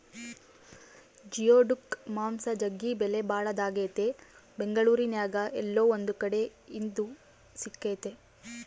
geoduck ಮಾಂಸ ಜಗ್ಗಿ ಬೆಲೆಬಾಳದಾಗೆತೆ ಬೆಂಗಳೂರಿನ್ಯಾಗ ಏಲ್ಲೊ ಒಂದು ಕಡೆ ಇದು ಸಿಕ್ತತೆ